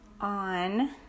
on